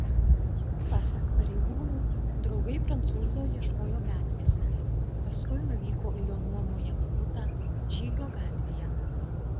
pasak pareigūnų draugai prancūzo ieškojo gatvėse paskui nuvyko į jo nuomojamą butą žygio gatvėje